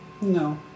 No